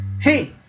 Hey